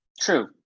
True